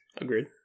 Agreed